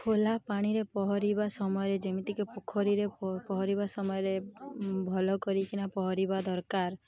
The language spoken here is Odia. ଖୋଲା ପାଣିରେ ପହଁରିବା ସମୟରେ ଯେମିତିକି ପୋଖରୀରେ ପହଁରିବା ସମୟରେ ଭଲ କରିକିନା ପହଁରିବା ଦରକାର